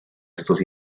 estos